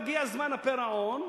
מגיע זמן הפירעון,